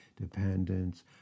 dependence